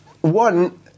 One